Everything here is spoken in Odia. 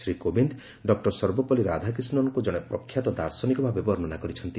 ଶ୍ରୀ କୋବିନ୍ଦ ଡକୁର ସର୍ବପଲ୍ଲୀ ରାଧାକ୍ରିଷ୍ଣନଙ୍କୁ ଜଣେ ପ୍ରଖ୍ୟାତ ଦାର୍ଶନିକ ଭାବେ ବର୍ଷ୍ଣନା କରିଛନ୍ତି